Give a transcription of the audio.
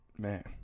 Man